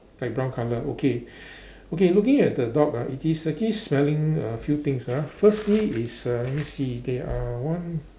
like brown colour okay okay looking at the dog ah it is actually smelling a few things ah firstly is uh let me see they are one